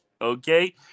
okay